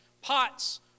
pots